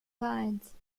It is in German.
vereins